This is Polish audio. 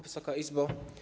Wysoka Izbo!